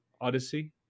Odyssey